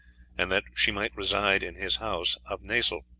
and that she might reside in his house of nasle.